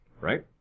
right